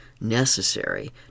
necessary